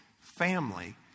family